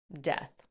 death